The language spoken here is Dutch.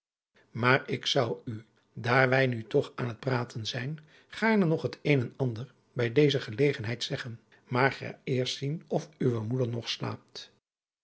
maar ik zou u daar wij nu toch aan het praten zijn gaarne nog het een en ander bij deze gelegenheid zeggen maar ga eerst zien of uwe moeder nog slaapt